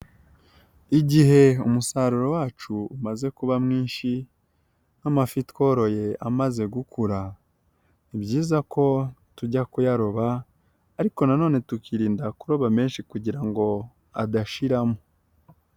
Igihe umusaruro wacu umaze kuba mwinshi, nk'amafi tworoye amaze gukura ,ni byiza ko tujya kuyaroba ariko naone tukirinda kuroba menshi kugira ngo adashiramo.